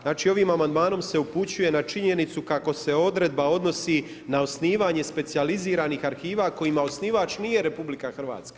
Znači ovim amandmanom se upućuje na činjenicu kako se odredba odnosi na osnivanje specijaliziranih arhiva kojima osnivač nije RH.